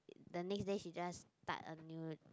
the next day he just type a new